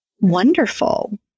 wonderful